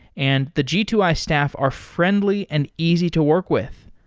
and the g two i staff are friendly and easy to work with.